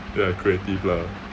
ya creative lah